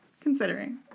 Considering